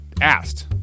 asked